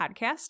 podcast